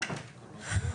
שהיו באותו טיול ואמרו לי: